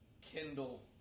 kindle